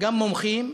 גם מומחים,